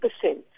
percent